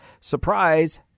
Surprise